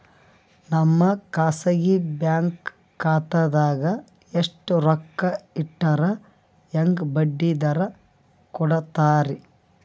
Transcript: ನಮ್ಮ ಖಾಸಗಿ ಬ್ಯಾಂಕ್ ಖಾತಾದಾಗ ಎಷ್ಟ ರೊಕ್ಕ ಇಟ್ಟರ ಹೆಂಗ ಬಡ್ಡಿ ದರ ಕೂಡತಾರಿ?